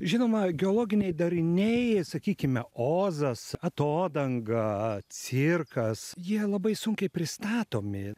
žinoma geologiniai dariniai sakykime ozas atodanga cirkas jie labai sunkiai pristatomi